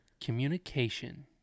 communication